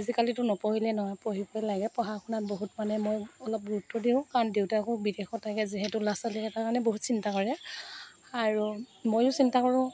আজিকালিতো নপঢ়িলেই নহয় পঢ়িবই লগে পঢ়া শুনাত বহুত মানে মই অলপ গুৰুত্ব দিওঁ কাৰণ দেউতাকো বিদেশত থাকে যিহেতু ল'ৰা ছোৱালীকেইটাৰ কাৰণে বহুত চিন্তা কৰে আৰু ময়ো চিন্তা কৰোঁ